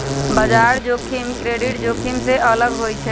बजार जोखिम क्रेडिट जोखिम से अलग होइ छइ